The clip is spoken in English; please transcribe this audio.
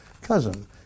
cousin